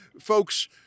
folks